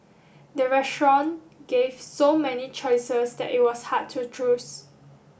the restaurant gave so many choices that it was hard to choose